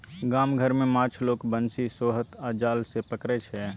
गाम घर मे माछ लोक बंशी, सोहथ आ जाल सँ पकरै छै